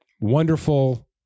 wonderful